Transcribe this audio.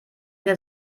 der